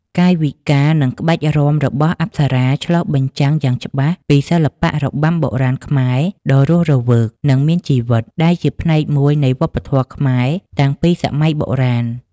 កាយវិការ និងក្បាច់រាំរបស់អប្សរា ឆ្លុះបញ្ចាំងយ៉ាងច្បាស់ពីសិល្បៈរបាំបុរាណខ្មែរដ៏រស់រវើក និងមានជីវិត ដែលជាផ្នែកមួយនៃវប្បធម៌ខ្មែរតាំងពីសម័យបុរាណ។